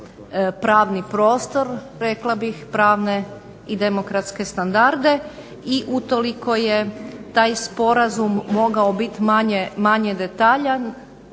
pravni prostor, rekla bih pravne i demokratske standarde i utoliko je taj sporazum mogao biti manje detaljan,